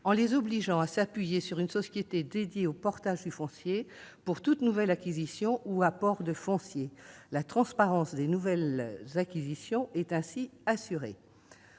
en les obligeant à s'appuyer sur une société dédiée au portage du foncier pour toute nouvelle acquisition ou tout apport de foncier. La transparence de ces opérations est ainsi assurée.